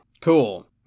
Cool